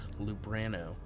Lubrano